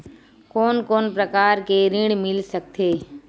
कोन कोन प्रकार के ऋण मिल सकथे?